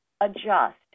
adjust